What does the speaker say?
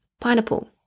Pineapple